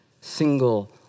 single